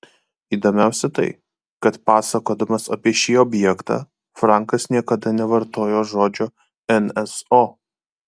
įdomiausia tai kad pasakodamas apie šį objektą frankas niekada nevartojo žodžio nso